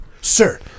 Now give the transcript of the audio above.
Sir